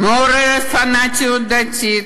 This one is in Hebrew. מעוררת פנאטיות דתית,